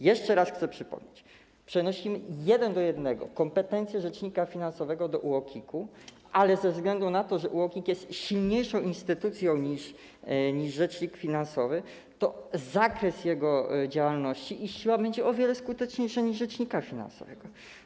Jeszcze raz chcę przypomnieć: przenosimy jeden do jednego kompetencje rzecznika finansowego do UOKiK-u, ale ze względu na to, że UOKiK jest silniejszą instytucją niż rzecznik finansowy, to zakres jego działalności i siła będą o wiele skuteczniejsze niż rzecznika finansowego.